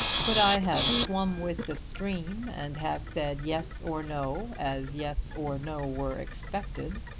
could i have swum with the stream and have said yes or no as yes or no were expected,